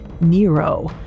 Nero